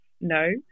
No